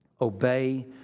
Obey